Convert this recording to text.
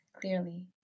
clearly